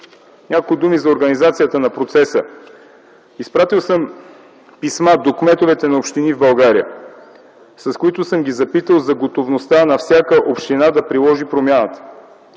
Няколко думи за организацията на процеса. Изпратил съм писма до кметовете на общини в България, с които съм ги запитал за готовността на всяка община да приложи промяната.